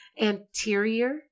anterior